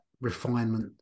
refinement